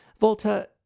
Volta